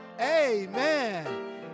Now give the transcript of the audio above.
amen